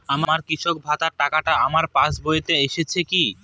আমার কৃষক ভাতার টাকাটা আমার পাসবইতে এসেছে কি?